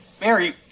Mary